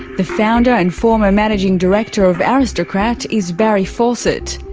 the founder and former managing director of aristocrat is barry fawcett.